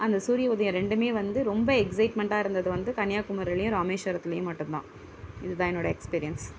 அந்த சூரிய உதயம் ரெண்டுமே வந்து ரொம்ப எக்ஸைட்மெண்ட்டாக இருந்தது வந்து கன்னியாகுமரிலேயும் ராமேஷ்வரத்துலேயும் மட்டும் தான் இது தான் என்னுடைய எக்ஸ்பீரியன்ஸ்